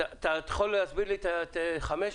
--- אתה יכול להסביר לי את (5)?